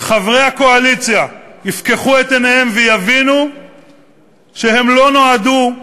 חברי הקואליציה יפקחו את עיניהם ויבינו שהם לא נועדו,